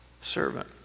Servant